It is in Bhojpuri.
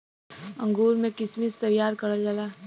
अंगूर से किशमिश तइयार करल जाला